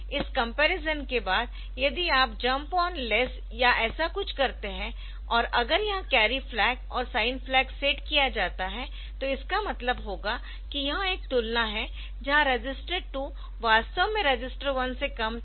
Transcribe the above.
इस कंपैरिजन के बाद यदि आप जम्प ऑन लेस या ऐसा कुछ करते है और अगर यह कैरी फ्लैग और साइन फ्लैग सेट किया जाता है तो इसका मतलब होगा कि यह एक तुलना है जहां रजिस्टर 2 वास्तव में रजिस्टर 1 से कम था